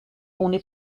ohne